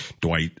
Dwight